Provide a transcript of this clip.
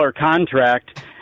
contract